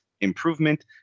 improvement